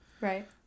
Right